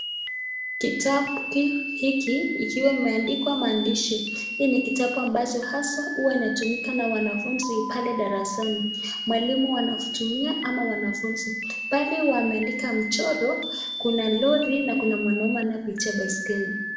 Kitabu hiki ikiwa imeandikwa maandishi. Hii ni kitabu ambazo haswa huwa inatumika na wanafunzi pale darasani. Walimu wanatumia au wanafunzi, pale wameandika mchoro, kuna lori na mwanaume anayepitia baiskeli.